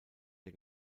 der